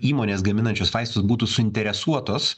įmonės gaminančios vaistus būtų suinteresuotos